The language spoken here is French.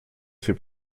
ses